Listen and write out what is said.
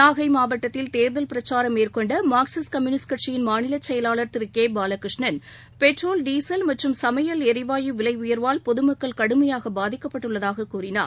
நாகை மாவட்டத்தில் தேர்தல் பிரச்சாரம் மேற்கொண்ட மார்க்சிஸ்ட் கம்யூனிஸ்ட் கட்சியின் மாநிலச் செயலாளர் Thiru K Balakrishnan petrol diesel மற்றும் சனமயல் எரிவாயு விலை உயர்வால் பொது மக்கள் கடுமையாக பாதிக்கப்பட்டுள்ளதாகக் கூறினார்